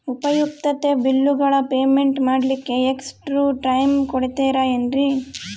ಉಪಯುಕ್ತತೆ ಬಿಲ್ಲುಗಳ ಪೇಮೆಂಟ್ ಮಾಡ್ಲಿಕ್ಕೆ ಎಕ್ಸ್ಟ್ರಾ ಟೈಮ್ ಕೊಡ್ತೇರಾ ಏನ್ರಿ?